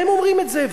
והם אומרים את זה,